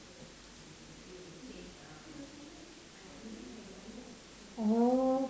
oh